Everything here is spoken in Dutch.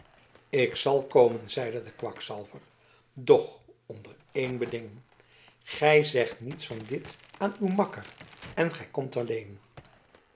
ik zal komen zeide de kwakzalver doch onder één beding gij zegt niets van dit aan uw makker en gij komt alleen